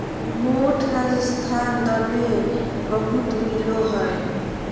मोठ राजस्थान दने बहुत मिलो हय